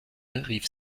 rief